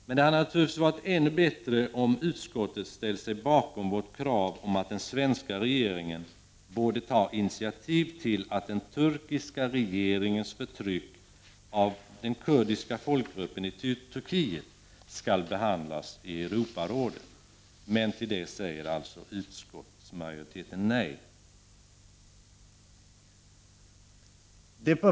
Men det hade naturligtvis varit ännu bättre om utskottet hade ställt sig bakom vårt krav på att den svenska regeringen tar initiativ till att den turkiska regeringens förtryck av den kurdiska folkgruppen i Turkiet behandlas i Europarådet. Till det säger alltså utskottsmajoriteten nej.